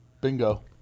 Bingo